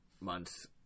months